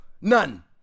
none